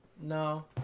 No